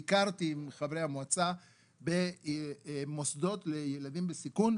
ביקרתי עם חברי המועצה במוסדות לילדים בסיכון,